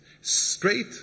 straight